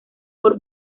por